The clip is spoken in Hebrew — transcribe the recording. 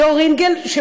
דור רינגל החליט,